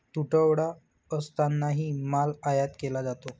तुटवडा असतानाही माल आयात केला जातो